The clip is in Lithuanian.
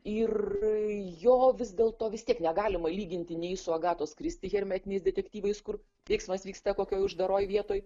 ir jo vis dėl to vis tiek negalima lyginti nei su agatos kristi hermetiniais detektyvais kur veiksmas vyksta kokioj uždaroj vietoj